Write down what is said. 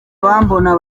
abambona